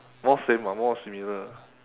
more same ah more similar